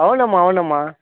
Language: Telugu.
అవునమ్మా అవునమ్మా